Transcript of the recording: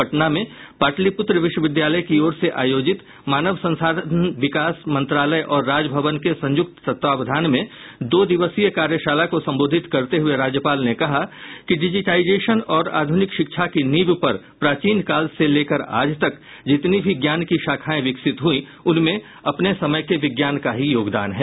पटना में पाटलिपुत्र विश्वविद्यालय की ओर से आयोजित मानव संसाधन विकास मंत्रालय और राजभवन के संयुक्त तत्वावधान में दो दिवसीय कार्यशाला को संबोधित करते हुये राज्यपाल ने कहा डिजिटाइजेशन और आधुनिक शिक्षा की नीव पर प्राचीन काल से लेकर आज तक जितनी भी ज्ञान की शाखायें विकसित हुयी उनमें अपने समय के विज्ञान का ही योगदान है